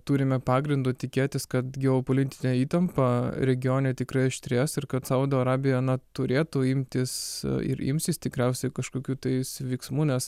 turime pagrindo tikėtis kad geopolitinė įtampa regione tikrai aštrės ir kad saudo arabija na turėtų imtis ir imsis tikriausiai kažkokių tais veiksmų nes